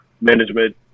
management